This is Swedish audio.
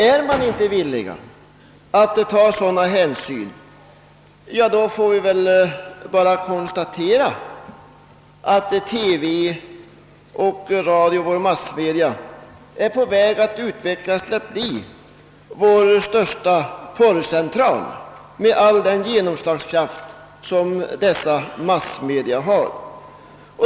Är man inte villig att ta sådana hänsyn, får vi väl bara kon-' statera att TV och radio är på väg att utvecklas till vår största porrcentral' med all den genomslagskraft som dessa: massmedia har.